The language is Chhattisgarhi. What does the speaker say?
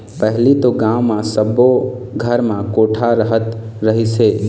पहिली तो गाँव म सब्बो घर म कोठा रहत रहिस हे